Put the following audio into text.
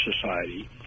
society